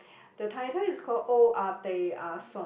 the title is called owa peya som